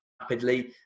rapidly